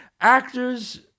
actors